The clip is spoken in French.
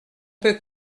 peut